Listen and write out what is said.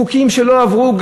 חוקים שלא עברו,